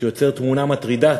שיוצר תמונה מטרידה,